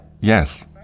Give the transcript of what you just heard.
Yes